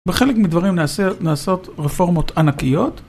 בחלק מדברים נעשות רפורמות ענקיות.